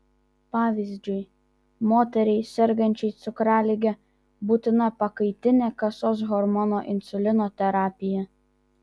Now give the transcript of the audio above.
pavyzdžiui moteriai sergančiai cukralige būtina pakaitinė kasos hormono insulino terapija